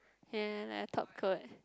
ya ya like a top curl eh